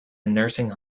nursing